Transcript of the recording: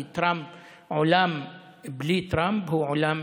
כי עולם בלי טראמפ הוא עולם